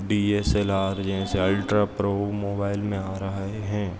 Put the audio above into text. D S L R जे हैं से अल्ट्रा प्रो मोबाइल में आ रहे हैं